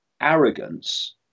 arrogance